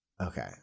okay